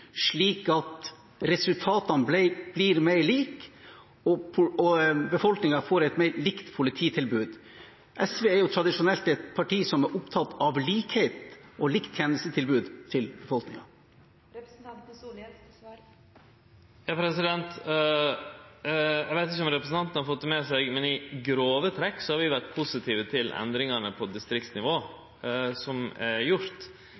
slik at resultatene blir mer like og befolkningen får et mer likt polititilbud? SV er jo tradisjonelt et parti som er opptatt av likhet og likt tjenestetilbud til befolkningen. Eg veit ikkje om representanten har fått det med seg, men i grove trekk har vi vore positive til endringane på distriktsnivå, som er